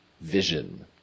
vision